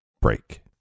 Break